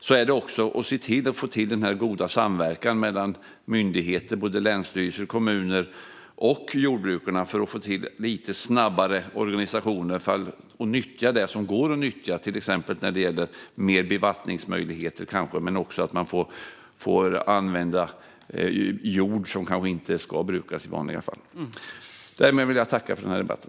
Det gäller också att få till en god samverkan mellan myndigheter - både länsstyrelser och kommuner - och jordbrukare för att få till en lite snabbare organisation och nyttja det som går att nyttja, till exempel när det gäller bättre bevattningsmöjligheter och att man får använda jord som kanske inte ska brukas i vanliga fall. Därmed vill jag tacka för debatten.